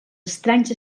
estranys